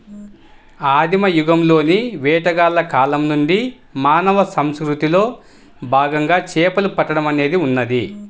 ఆదిమ యుగంలోని వేటగాళ్ల కాలం నుండి మానవ సంస్కృతిలో భాగంగా చేపలు పట్టడం అనేది ఉన్నది